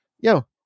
Yo